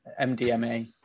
mdma